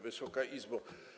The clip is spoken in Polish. Wysoka Izbo!